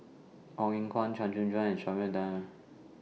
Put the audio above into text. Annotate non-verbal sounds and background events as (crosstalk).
Ong Eng Guan Chua Joon Siang and (unintelligible) Dyer